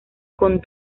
con